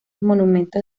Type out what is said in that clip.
monumentos